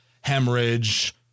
Hemorrhage